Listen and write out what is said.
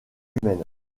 humaine